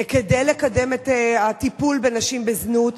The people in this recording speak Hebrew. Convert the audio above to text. כדי לקדם את הטיפול בנשים בזנות.